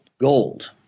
gold